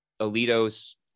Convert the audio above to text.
Alito's